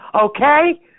okay